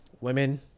Women